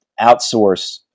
outsource